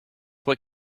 what